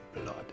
blood